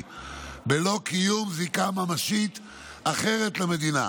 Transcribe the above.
בלא קיום זיקה ממשית אחרת למדינה,